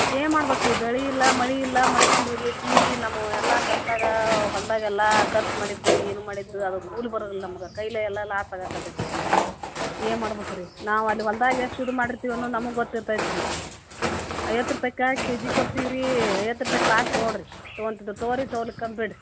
ಏನು ಮಾಡ್ಬೇಕ್ ರೀ ಬೆಳೆಯಿಲ್ಲ ಮಳೆಯಿಲ್ಲ ಮಳೆ ಒಂದು ಹೋಗೈತೀ ನಮ್ಮವು ಎಲ್ಲ ಕಷ್ಟ್ದಾಗೆ ಹೊಲದಾಗೆಲ್ಲ ಖರ್ಚು ಮಾಡಿದ್ದು ಏನು ಮಾಡಿದ್ದು ಅದು ಕೂಲಿ ಬರೋದಿಲ್ಲ ನಮ್ಗೆ ಕೈಲೇ ಎಲ್ಲ ಲಾಸ್ ಆಗೋಕತ್ತೈತ್ತಿ ಏನು ಮಾಡ್ಬೇಕ್ ರೀ ನಾವು ಅಲ್ಲಿ ಹೊಲ್ದಾಗೆ ಎಷ್ಟು ಇದು ಮಾಡಿರ್ತ್ತೀವಿ ಅನ್ನೋದ್ ನಮಗೆ ಗೊತ್ತಿರ್ತೈತೆ ರೀ ಐವತ್ತು ರೂಪಾಯ್ಕೆ ಕೆ ಜಿ ಕೊಡ್ತೀವಿ ರೀ ಐವತ್ತು ರೂಪಾಯ್ಗ್ ಲಾಸ್ಟ್ ನೋಡಿರಿ ತೊಗೊಂತಿದ್ರೆ ತೊಗೊಳಿ ತೊಗೊಲಿಕಲ್ದ್ ಬಿಡಿರಿ